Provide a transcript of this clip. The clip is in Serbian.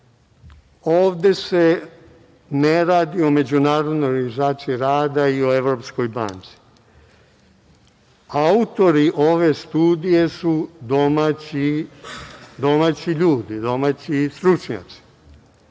ovde se ne radi o Međunarodnoj organizaciji rada i o Evropskoj banci. Autori ove studije su domaći ljudi, domaći stručnjaci.